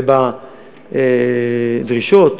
ובדרישות